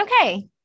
Okay